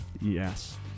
Yes